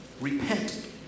Repent